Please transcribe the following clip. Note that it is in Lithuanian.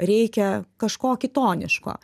reikia kažko kitoniško